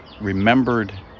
remembered